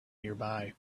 nearby